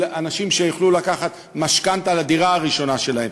אנשים שיוכלו לקחת משכנתה לדירה הראשונה שלהם,